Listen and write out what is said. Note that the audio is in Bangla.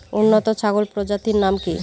উন্নত ছাগল প্রজাতির নাম কি কি?